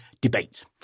debate